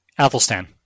Athelstan